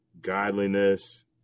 godliness